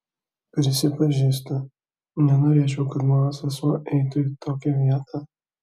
prisipažįstu nenorėčiau kad mano sesuo eitų į tokią vietą